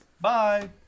Bye